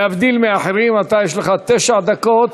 להבדיל מאחרים, אתה, יש לך תשע דקות,